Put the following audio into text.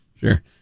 sure